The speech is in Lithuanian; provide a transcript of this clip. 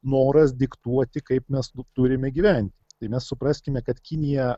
noras diktuoti kaip mes turime gyventi ir mes supraskime kad kinija